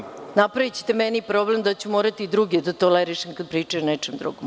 Napravićete meni problem da ću morati i drugima da tolerišem kada pričaju o nečem drugom.